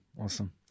awesome